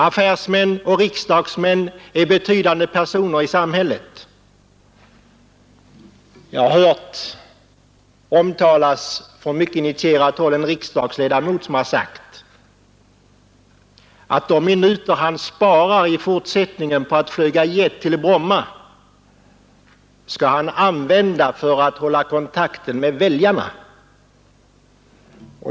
Affärsmän och riksdagsmän är betydande personer i samhället. Jag har hört omtalas från mycket initierat håll att en riksdagsledamot har sagt att de minuter han spar i fortsättningen genom att flyga jet till Bromma skall han använda för att hålla kontakten med väljarna.